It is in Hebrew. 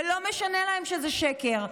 ולא משנה להם שזה שקר.